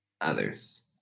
others